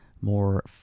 more